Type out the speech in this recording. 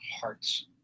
hearts